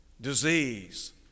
disease